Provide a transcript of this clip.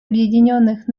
объединенных